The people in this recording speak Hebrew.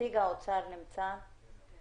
רציתי לשאול בקשר למסגרות